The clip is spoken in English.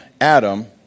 Adam